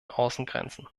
außengrenzen